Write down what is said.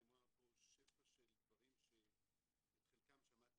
נאמרו פה שפע של דברים שאת חלקם שמעתי